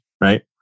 right